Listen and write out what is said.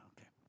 Okay